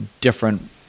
different